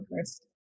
first